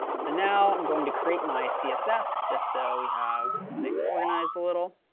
so now, i'm going to create my css just so we have things organized a little.